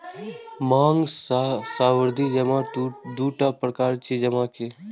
मांग आ सावधि जमा दूटा प्रकार छियै जमा के